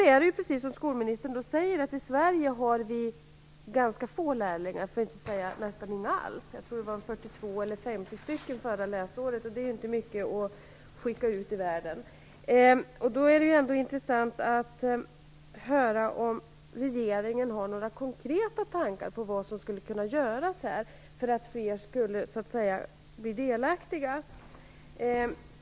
Precis som skolministern säger har vi i Sverige ganska få lärlingar, för att inte säga nästan inga alls. Jag tror att det var 42 eller 50 stycken förra läsåret, och det är ju inte mycket att skicka ut i världen. Därför vore det intressant att höra om regeringen har några konkreta tankar om vad som skulle kunna göras för att fler skall bli delaktiga.